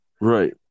right